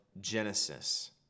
Genesis